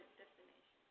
destination